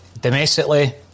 domestically